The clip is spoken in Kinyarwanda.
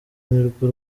nirwo